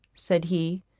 said he,